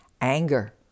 anger